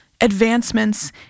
advancements